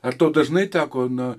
ar tau dažnai teko na